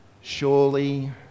surely